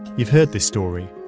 you've heard this story,